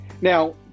Now